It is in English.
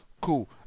Cool